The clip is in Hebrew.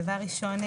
דבר ראשון,